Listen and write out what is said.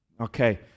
Okay